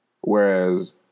whereas